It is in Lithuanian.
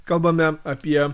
kalbame apie